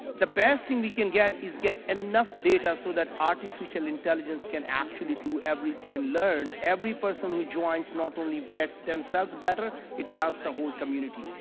the best thing we can get is get enough data so that artificial intelligence can actually do everything and learn. every person who joins not only gets themselves better. it helps the whole community.